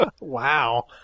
Wow